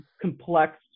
complex